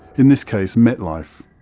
in this case metlife.